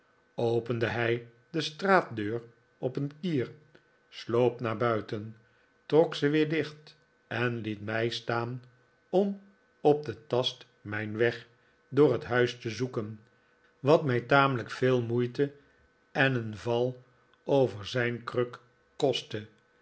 opende hij de straatdeur op een kier sloop naar buiten trok ze weer dicht en liet mij staan om op den tast mijn weg door het huis te zoeken wat mij tamelijk veel moeite en een val over zijn kruk kostte